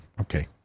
Okay